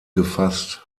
gefasst